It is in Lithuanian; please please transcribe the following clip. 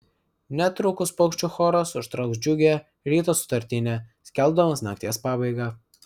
netrukus paukščių choras užtrauks džiugią ryto sutartinę skelbdamas nakties pabaigą